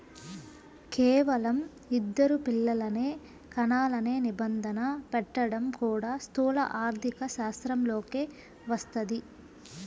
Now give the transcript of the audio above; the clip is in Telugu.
కేవలం ఇద్దరు పిల్లలనే కనాలనే నిబంధన పెట్టడం కూడా స్థూల ఆర్థికశాస్త్రంలోకే వస్తది